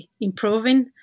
improving